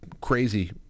crazy